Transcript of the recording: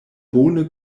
bone